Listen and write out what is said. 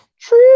True